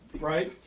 right